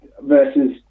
versus